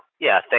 yeah.